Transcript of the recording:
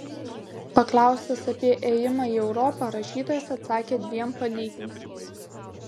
paklaustas apie ėjimą į europą rašytojas atsakė dviem palyginimais